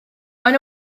maen